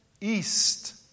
east